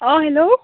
অঁ হেল্ল'